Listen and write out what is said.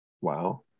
wow